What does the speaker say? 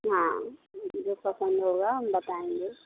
हाँ जैसा संभव होगा हम बताएँगे